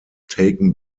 taken